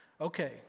Okay